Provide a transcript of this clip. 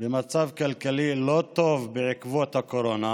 במצב כלכלי לא טוב בעקבות הקורונה,